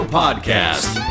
podcast